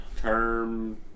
term